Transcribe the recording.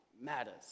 matters